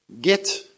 get